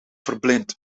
verblind